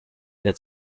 that